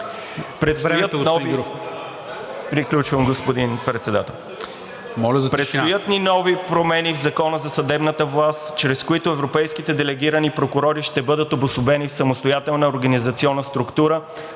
тишина! АНДРЕЙ ГЮРОВ: Предстоят ни нови промени в Закона за съдебната власт, чрез които европейските делегирани прокурори ще бъдат обособени в самостоятелна организационна структура,